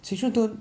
swee choon don't